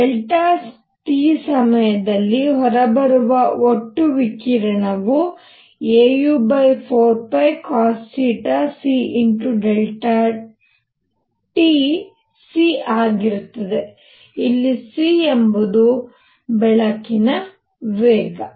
t ಸಮಯದಲ್ಲಿ ಹೊರಬರುವ ಒಟ್ಟು ವಿಕಿರಣವು au4πcosθct ಆಗಿರುತ್ತದೆ ಇಲ್ಲಿ c ಎಂಬುದು ಬೆಳಕಿನ ವೇಗ